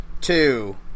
two